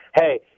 hey